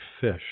fish